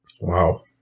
Wow